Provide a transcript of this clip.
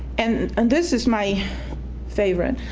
and and this is my favorite.